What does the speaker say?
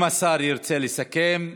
אם השר ירצה לסכם,